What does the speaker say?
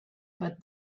but